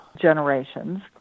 generations